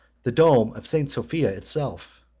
the dome of st. sophia itself,